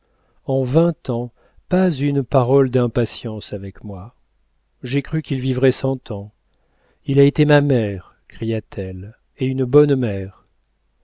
en vingt ans pas une parole d'impatience avec moi j'ai cru qu'il vivrait cent ans il a été ma mère cria-t-elle et une bonne mère